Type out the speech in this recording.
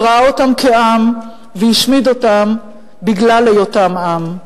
שראה אותם כעם והשמיד אותם בגלל היותם עם.